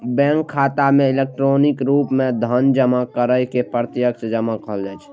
bank खाता मे electronic रूप मे धन जमा करै के प्रत्यक्ष जमा कहल जाइ छै